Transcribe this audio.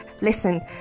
listen